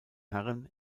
herren